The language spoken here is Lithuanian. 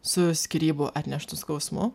su skyrybų atneštu skausmu